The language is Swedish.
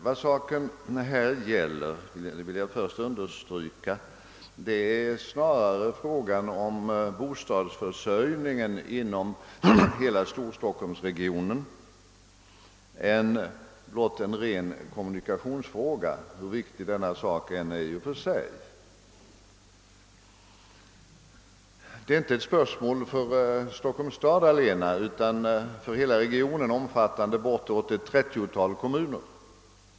Vad saken gäller — det vill jag först understryka — är snarare frågan om bostadsförsörjningen inom <:hela Storstockholmsregionen än blott en ren kommunikationsfråga, hur viktig denna sak i och för sig än är. Det är inte ett spörsmål för Stockholms stad allena utan för hela regionen, omfattande bortåt ett tretiotal kommuner.